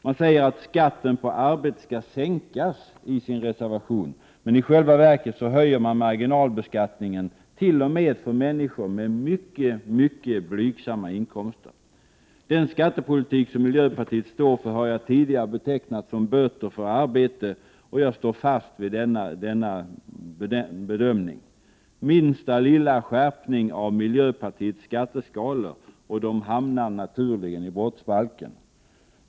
Man säger att skatten på arbetet skall sänkas, men i själva verket höjer man marginalbeskattningen, t.o.m. för människor med mycket, mycket blygsamma inkomster. Den skattepolitik som miljöpartiet står för har jag tidigare betecknat som böter för arbete, och jag står fast vid denna bedömning. Minsta lilla skärpning av miljöpartiets skatteskalor, och de hamnar naturligen i brottsbalken.